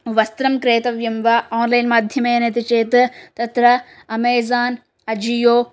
वस्त्रं क्रेतव्यं वा आन्लैन्माध्यमेन इति चेत् तत्र अमेज़ान् आजियो